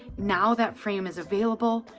now that frame is available,